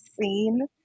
scene